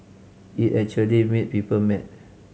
it actually made people mad